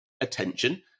attention